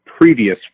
previous